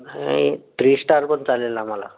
नाही three star पण चालेल आम्हाला